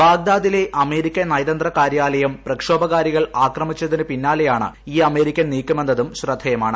ബാഗ്ദാദിലെ American നയതന്ത്ര കാര്യാലയം പ്രക്ഷോഭകാരികൾ ആക്രമിച്ചതിന് പിന്നാലെയാണ് ഈ അമേരിക്കൻ നീക്കമെന്നതും ശ്രദ്ധേയമാണ്